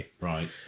Right